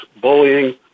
bullying